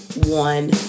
one